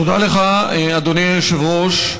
תודה לך, אדוני היושב-ראש.